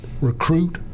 recruit